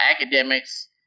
academics